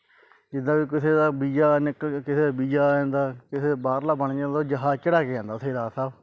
ਜਿੱਦਾਂ ਵੀ ਕਿਸੇ ਦਾ ਵੀਜਾ ਨਿਕਲ ਕੇ ਕਿਸੇ ਦਾ ਵੀਜਾ ਆ ਜਾਂਦਾ ਕਿਸੇ ਬਾਹਰਲਾ ਬਣ ਜਾਂਦਾ ਉਹ ਜਹਾਜ਼ ਚੜ੍ਹਾ ਕੇ ਜਾਂਦਾ ਉੱਥੇ ਰਾਜਾ ਸਾਹਿਬ